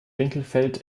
winkelfeld